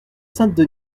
sainte